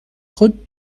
خود